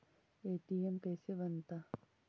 ATM कैसे बनता?